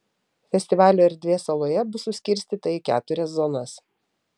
festivalio erdvė saloje bus suskirstyta į keturias zonas